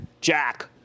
Jack